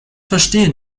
verstehe